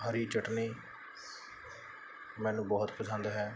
ਹਰੀ ਚਟਨੀ ਮੈਨੂੰ ਬਹੁਤ ਪਸੰਦ ਹੈ